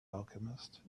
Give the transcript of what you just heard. alchemist